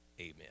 amen